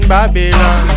Babylon